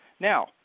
Now